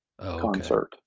concert